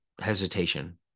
hesitation